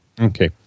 Okay